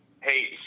hey